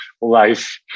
life